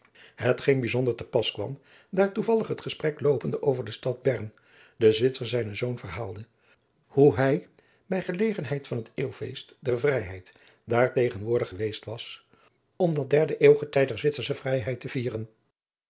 hetgeen bijzonder te pas kwam daar toevallig het gesprek loopende over de stad bern de zwitser zijnen zoon verhaalde hoe bij bij gelegenheid van het eeuwfeest der vrijheid daar tegenwoordig geweest was om dat derde eeugetij der zwitsersche vrijheid te vieren